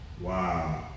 Wow